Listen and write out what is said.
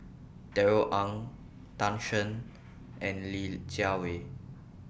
Darrell Ang Tan Shen and Li Jiawei